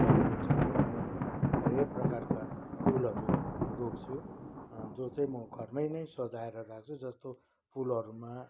भन्नुहुन्छ भने म धेरै प्रकारका फुलहरू रोप्छु जो चाहिँ म घरमै नै सजाएर राख्छु जस्तो फुलहरूमा